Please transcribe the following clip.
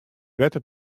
wetter